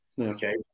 Okay